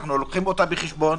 אנו לוקחים אותה בחשבון,